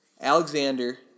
Alexander